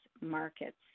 markets